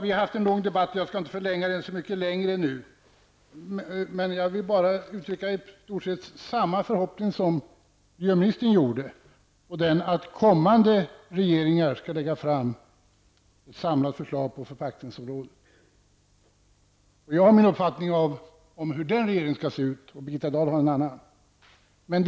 Vi har haft en lång debatt, och jag skall inte förlänga den mycket mer. Jag vill bara uttrycka i stort sett samma förhoppning som miljöministern, nämligen att kommande regeringar skall lägga fram samlade förslag på förpackningsområdet. Jag har min uppfattning om hur den regeringen skall se ut, Birgitta Dahl har en annan.